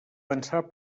pensar